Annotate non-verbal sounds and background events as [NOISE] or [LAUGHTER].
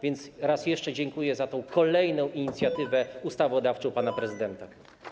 Więc raz jeszcze dziękuję za tę kolejną inicjatywę [NOISE] ustawodawczą pana prezydenta.